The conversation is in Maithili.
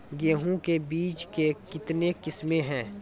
गेहूँ के बीज के कितने किसमें है?